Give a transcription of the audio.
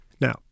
Now